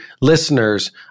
listeners